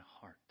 heart